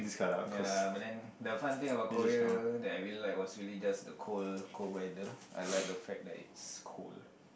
ya but then the fun thing about Korea that I really like was really just the cold cold weather I like the fact that it's cold